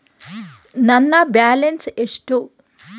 ನನ್ನ ಬ್ಯಾಲೆನ್ಸ್ ಎಷ್ಟು?